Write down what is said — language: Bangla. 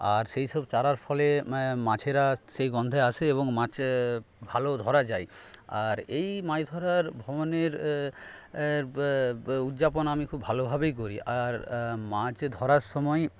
আর সেইসব চারার ফলে মাছেরা সেই গন্ধে আসে এবং মাছ ভালো ধরা যায় আর এই মাছ ধরার ভ্রমণের উদযাপন আমি খুব ভালো ভাবেই করি আর মাছ ধরার সময়